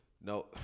no